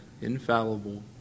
infallible